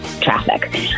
traffic